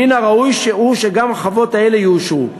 מן הראוי הוא שגם החוות האלה יאושרו,